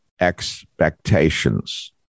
expectations